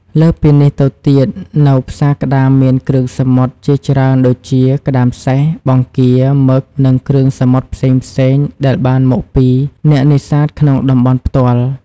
លើសពីនេះទៅទៀតនៅផ្សារក្តាមមានគ្រឿងសមុទ្រជាច្រើនដូចជា ក្ដាមសេះ បង្គា មឹក និងគ្រឿងសមុទ្រផ្សេងៗ ដែលបានមកពីអ្នកនេសាទក្នុងតំបន់ផ្ទាល់។